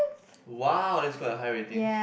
!wow! that's quite a high rating